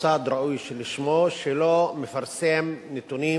מוסד ראוי לשמו שלא מפרסם נתונים